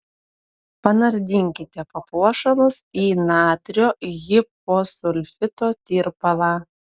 panardinkite papuošalus į natrio hiposulfito tirpalą